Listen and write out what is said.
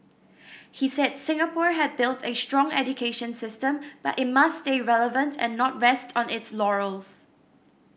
he said Singapore had built a strong education system but it must stay relevant and not rest on its laurels